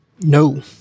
No